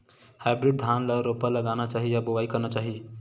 Hybrid धान ल रोपा लगाना चाही या बोआई करना चाही?